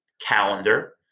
calendar